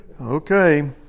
Okay